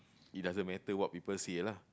it doesn't matter what people see lah